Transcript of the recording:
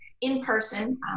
in-person